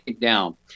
down